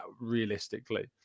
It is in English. realistically